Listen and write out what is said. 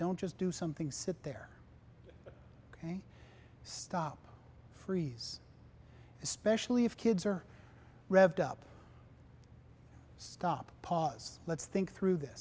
don't just do something sit there ok stop freeze especially if kids are revved up stop pause let's think through this